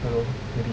ya lor